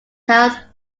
held